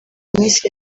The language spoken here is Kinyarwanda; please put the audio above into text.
minsi